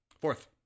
Fourth